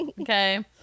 Okay